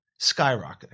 skyrocketing